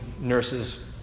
nurses